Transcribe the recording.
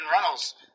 Runnels